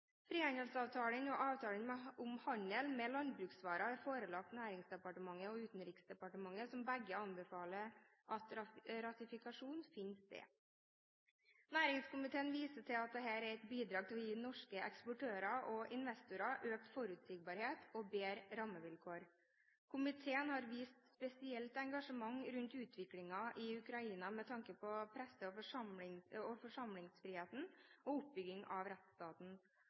Frihandelsavtalen og avtalen om handel med landbruksvarer er forelagt Næringsdepartementet og Utenriksdepartementet, som begge anbefaler at ratifikasjon finner sted. Næringskomiteen viser til at dette er et bidrag til å gi norske eksportører og investorer økt forutsigbarhet og bedre rammevilkår. Komiteen har vist spesielt engasjement for utviklingen i Ukraina, med tanke på presse- og forsamlingsfrihet og oppbygging av rettsstaten.